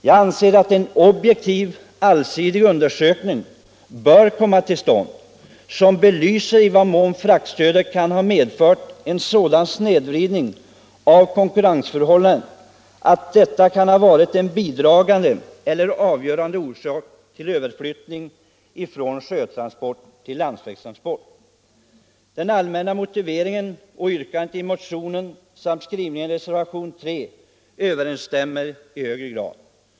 Jag anser att en objektiv och allsidig undersökning bör komma till stånd som belyser i vad mån fraktstödet kan ha medfört en sådan snedvridning av konkurrensförhållandena att detta kan ha varit en bidragande eller avgörande orsak till överflyttning från sjötransport till landsvägstransport. Den allmänna motiveringen och yrkandet i motionen samt skrivningen i reservationen 3 överensstämmer i hög grad.